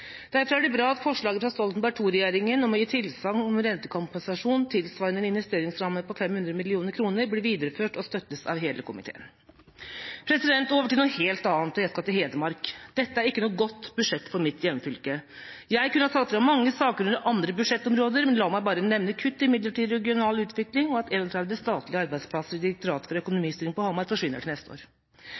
Derfor er det bra at forslaget fra Stoltenberg II-regjeringa om å gi tilsagn om rentekompensasjon tilsvarende en investeringsramme på 500 mill., kr blir videreført, og støttes av hele komiteen. Over til noe helt annet – og jeg skal til Hedmark. Dette er ikke noe godt budsjett for mitt hjemfylke. Jeg kunne ha tatt fram mange saker under andre budsjettområder, men la meg bare nevne kutt i midler til regional utvikling, og at 31 statlige arbeidsplasser i Direktoratet for økonomistyring på Hamar forsvinner til neste år.